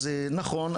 אז נכון,